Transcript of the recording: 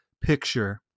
picture